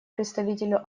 представителю